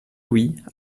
louis